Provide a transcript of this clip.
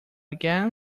again